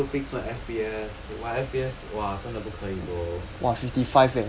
I need to fix my F_P_S my F_P_S !wah! 真的不可以 bro